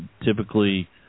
typically